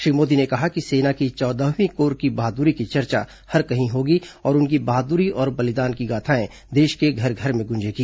श्री मोदी ने कहा कि सेना की चौदहवीं कोर की बहादुरी की चर्चा हर कहीं होगी और उनकी बहादुरी और बलिदान की गाथाएं देश के घर घर में गूंजेंगी